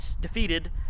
defeated